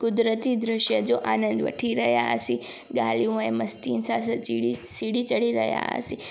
कुदरती दृष्य जो आनंदु वठी रहियासीं ॻाल्हियूं ऐं मस्तियुनि सां सी सीढ़ी चढी रहियासीं